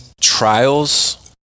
trials